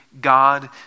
God